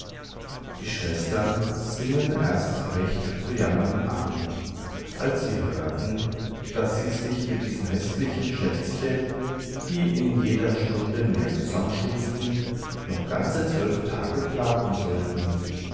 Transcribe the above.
die schwestern singen erst recht zu jammern an als sie hörten daß sie sich mit diesen häßlichen schätzchen die in jeder stunde mehr zusammenschrumpften noch ganze zwölf tage plagen sollten